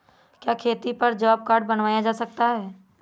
क्या खेती पर जॉब कार्ड बनवाया जा सकता है?